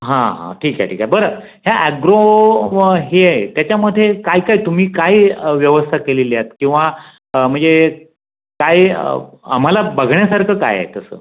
हां हां ठीक आहे ठीक आहे बरं ह्या ॲग्रो हे आहे त्याच्यामध्ये काय काय तुम्ही काय व्यवस्था केलेली आहेत किंवा म्हणजे काय आम्हाला बघण्यासारखं काय आहे तसं